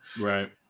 right